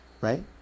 right